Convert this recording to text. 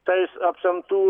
tais apsemtų